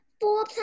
Four